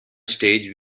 stage